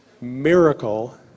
miracle